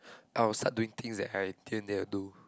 I'll start doing things that I didn't dare to do